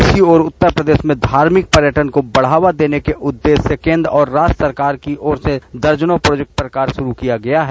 इसी ओर उत्तर प्रदेश में धार्मिक पर्यटन को बढ़ावा देने के उद्देश्य से केंद्र और राज्य सरकार की ओर से दर्जनों प्रोजेक्ट पर कार्य शुरू किया गया है